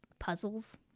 puzzles